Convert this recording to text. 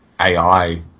AI